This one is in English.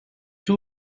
two